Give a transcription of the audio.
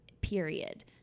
period